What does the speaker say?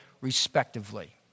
respectively